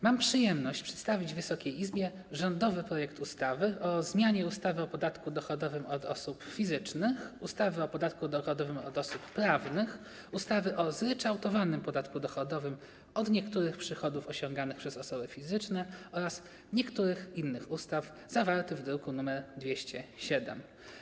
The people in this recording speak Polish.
Mam przyjemność przedstawić Wysokiej Izbie rządowy projekt ustawy o zmianie ustawy o podatku dochodowym od osób fizycznych, ustawy o podatku dochodowym od osób prawnych, ustawy o zryczałtowanym podatku dochodowym od niektórych przychodów osiąganych przez osoby fizyczne oraz niektórych innych ustaw zawarty w druku nr 207.